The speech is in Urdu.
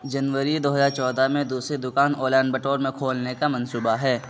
جنوری دو ہزار چودہ میں دوسری دکان اولانبٹور میں کھولنے کا منصوبہ ہے